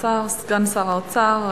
סגן שר האוצר.